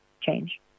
change